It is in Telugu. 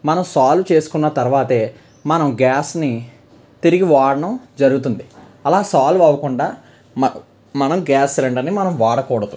మనం సాల్వ్ చేసుకున్న తర్వాతే మనం గ్యాస్ని తిరిగి వాడడం జరుగుతుంది అలా సాల్వ్ అవ్వకుండా మ మనం గ్యాస్ సిలిండర్ని మనం వాడకూడదు